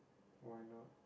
why not